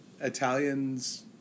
Italians